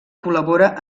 col·labora